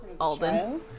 Alden